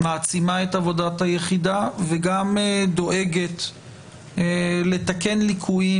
מעצימה את עבודת היחידה וגם דואגת לתקן ליקויים